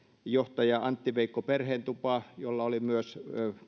johtaja antti veikko perheentupa jolla oli myös